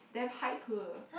damn hype